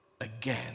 again